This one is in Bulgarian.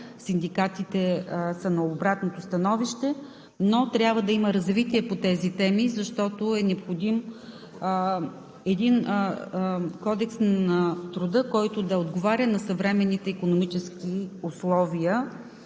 синдикатите са на обратното становище. Но трябва да има развитие по тези теми, защото е необходим Кодекс на труда, който да отговаря на съвременните икономически условия